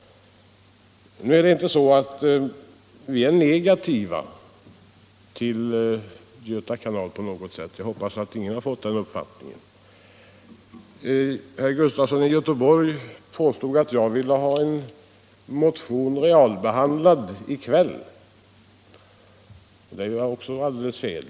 Vi är inte på något sätt negativa till Göta kanal, och jag hoppas att ingen fått uppfattningen att så skulle vara fallet. Herr Sven Gustafson i Göteborg påstod att jag ville få en motion realbehandlad i kväll. Också det är alldeles fel.